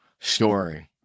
story